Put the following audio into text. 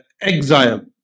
exile